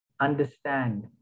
understand